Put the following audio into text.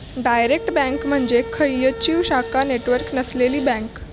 direct bank म्हणजे खंयचीव शाखा नेटवर्क नसलेली बँक